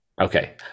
Okay